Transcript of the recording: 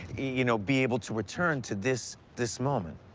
you know, be able to return to this this moment.